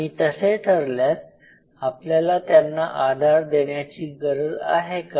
आणि तसे ठरल्यास आपल्याला त्यांना आधार देण्याची गरज आहे का